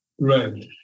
Right